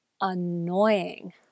annoying